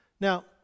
Now